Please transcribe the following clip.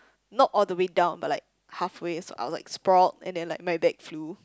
not all the way down but like halfway so I was like sprawled and then like my bag flew